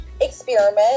experiment